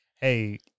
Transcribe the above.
hey